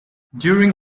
during